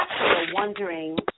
wondering